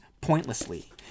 pointlessly